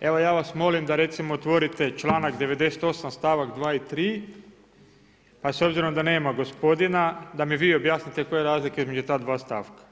evo ja vas molim da recimo otvorite članak 98. stavak 2. i 3., pa s obzirom da nema gospodina da mi vi objasnite koja je razlika između ta dva stavka.